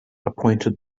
appointed